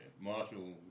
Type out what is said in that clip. Marshall